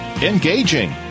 engaging